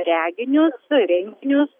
reginius renginius